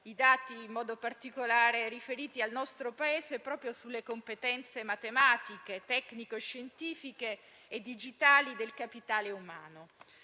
riferiti, in modo particolare, al nostro Paese sulle competenze matematiche, tecnico-scientifiche e digitali del capitale umano.